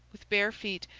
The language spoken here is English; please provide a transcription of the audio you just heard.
with bare feet,